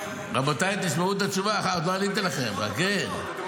רבותיי, שמעו את התשובה, עוד לא עניתי לכם, חכה.